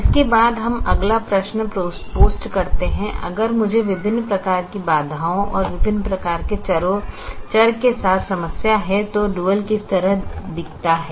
इसके बाद हम अगला प्रश्न पोस्ट करते हैं अगर मुझे विभिन्न प्रकार की बाधाओं और विभिन्न प्रकार के चर के साथ समस्या है तो डुअल किस तरह दिखता है